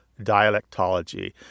dialectology